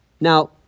Now